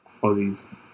Aussies